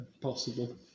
possible